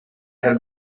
has